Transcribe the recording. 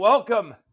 Welcome